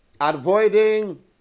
avoiding